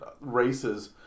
races